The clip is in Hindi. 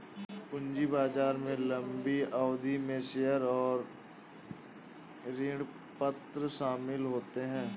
पूंजी बाजार में लम्बी अवधि में शेयर और ऋणपत्र शामिल होते है